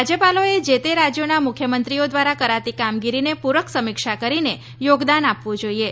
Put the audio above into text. રાજ્યપાલોએ જે તે રાજ્યોના મુખ્યમંત્રીઓ દ્વારા કરાતી કામગીરીને પૂરક સમીક્ષા કરીને યોગદાન આપવું જોઈએ